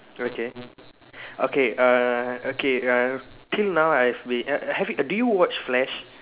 okay okay err okay err till now I have been uh have you do you watch flash